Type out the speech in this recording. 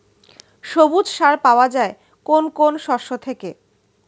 সবুজ সার পাওয়া যায় কোন কোন শস্য থেকে?